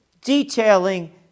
detailing